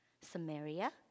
Samaria